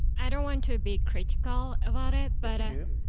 i don't want to be critical about it but